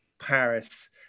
Paris